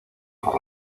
por